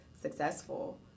successful